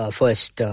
first